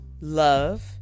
love